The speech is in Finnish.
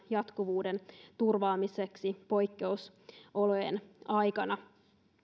jatkuvuuden turvaamiseksi poikkeusolojen aikana